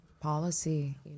policy